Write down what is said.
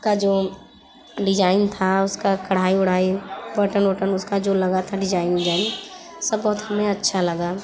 का जो डिजाइन था उसका कढ़ाई उढ़ाई बटन वटन उसका जो लगा था डिजाइन उजाइन सब बहुत हमें अच्छा लगा